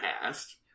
past